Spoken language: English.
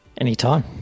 anytime